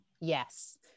yes